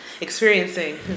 experiencing